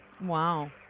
Wow